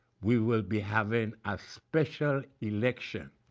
we will be having a special election